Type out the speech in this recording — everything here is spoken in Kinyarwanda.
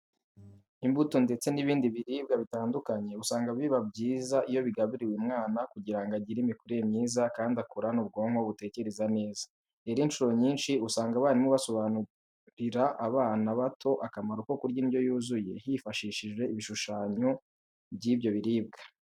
Imbuto ndetse n'ibindi biribwa bitandukanye usanga biba byiza iyo bigaburiwe umwana kugira ngo agire imikurire myiza kandi akurane ubwonko butekereza neza. Rero incuro nyinshi usanga abarimu basobanurira abana bato akamaro ko kurya indyo yuzuye bifashishije ibishushanyo by'ibyo biribwa.